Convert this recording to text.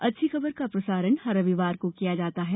अच्छी खबर का प्रसारण हर रविवार को किया जाता है